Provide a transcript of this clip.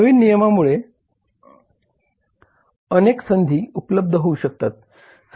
नवीन नियमनामुळे अनेक संधी उपलब्ध होऊ शकतात